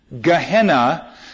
Gehenna